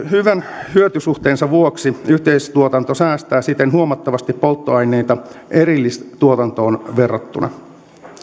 hyvän hyötysuhteensa vuoksi yhteistuotanto säästää siten huomattavasti polttoainetta erillistuotantoon verrattuna